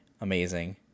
amazing